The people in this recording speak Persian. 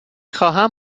خواهم